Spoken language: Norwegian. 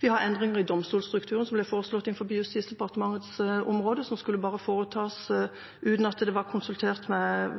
Vi har endringer i domstolstrukturen som ble foreslått på Justisdepartementets område, og som skulle foretas uten at det var konsultert med